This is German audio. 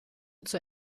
zur